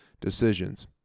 decisions